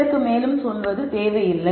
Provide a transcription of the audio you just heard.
இதற்கு மேலும் செல்வது தேவையில்லை